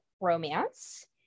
romance